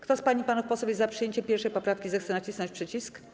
Kto z pań i panów posłów jest za przyjęciem 1. poprawki, zechce nacisnąć przycisk.